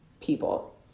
people